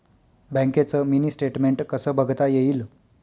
बँकेचं mini statement कसं बघता येईल?